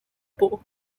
俱乐部